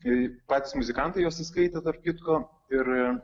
kai patys muzikantai juos įskaitė tarp kitko ir